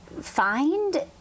find